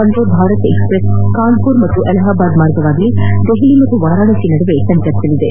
Vande Bharat express Kanpur ಮತ್ತು ಅಲಹಾಬಾದ್ ಮಾರ್ಗವಾಗಿ ದೆಹಲಿ ಮತ್ತು ವಾರಾಣಸಿಯ ನಡುವೆ ಸಂಚರಿಸಲಿದೆ